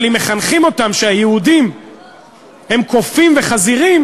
אבל אם מחנכים אותם שהיהודים הם קופים וחזירים,